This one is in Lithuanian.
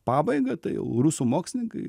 pabaigą tai jau rusų mokslininkai